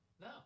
No